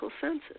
senses